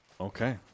Okay